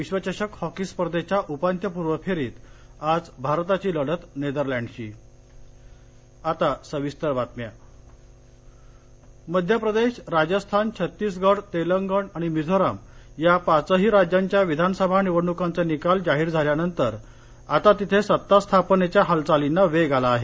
विश्वचषक हॉकी स्पर्धेच्या उपान्त्यपूर्व फेरीत आज भारताची लढत नेदरलँडशी निवडणक मध्यप्रदेश राजस्थान छत्तीसगड तेलंगण आणि मिझोरम या पाचही राज्यांच्या विधानसभा निवडणुकांचे निकाल जाहीर झाल्यानंतर आता तिथं सत्ता स्थापनेच्या हालचालींना वेग आला आहे